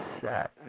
set